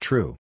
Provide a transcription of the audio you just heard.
True